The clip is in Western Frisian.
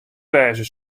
wêze